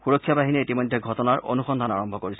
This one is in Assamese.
সুৰক্ষা বাহিনীয়ে ইতিমধ্যে ঘটনাৰ অনুসন্ধান আৰম্ভ কৰিছে